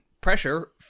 pressure